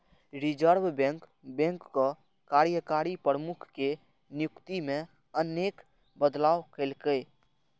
reserve Bank बैंकक कार्यकारी प्रमुख के नियुक्ति मे अनेक बदलाव केलकै